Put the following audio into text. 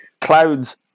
Clouds